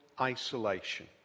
isolation